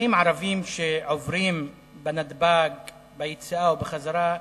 אזרחים ערבים שעוברים בנתב"ג, ביציאה או בחזרה,